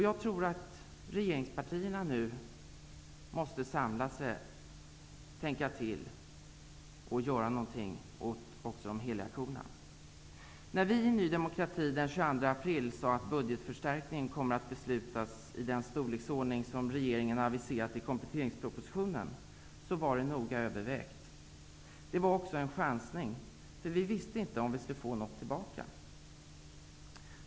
Jag tror att regeringspartierna nu måste samla sig, tänka till och göra någonting åt även de heliga korna. När vi i Ny demokrati den 22 april sade att budgetförstärkningen kommer att beslutas i den storleksordning som regeringen aviserat i kompletteringspropositionen, så var det noga övervägt. Det var också en chansning, eftersom vi inte visste om vi skulle få något tillbaka.